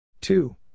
Two